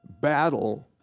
battle